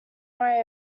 worry